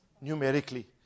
Numerically